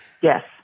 Yes